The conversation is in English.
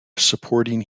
supporting